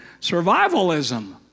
survivalism